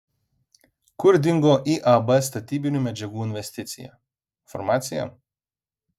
kur dingo iab statybinių medžiagų investicija farmacija